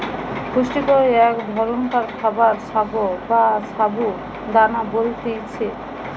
পুষ্টিকর এক ধরণকার খাবার সাগো বা সাবু দানা বলতিছে